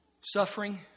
Suffering